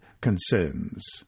concerns